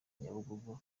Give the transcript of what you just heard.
nyabugogo